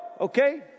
Okay